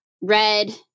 red